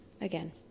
again